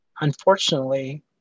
Unfortunately